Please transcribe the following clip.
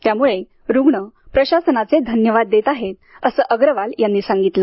यामुळे रुग्ण प्रशासनाचे धन्यवाद देत आहेत असं अग्रवाल यांनी स्पष्ट केलं